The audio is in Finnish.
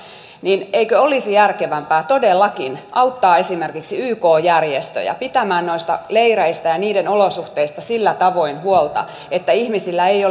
niin eikö olisi järkevämpää todellakin auttaa esimerkiksi yk järjestöjä pitämään noista leireistä ja niiden olosuhteista sillä tavoin huolta että ihmisillä ei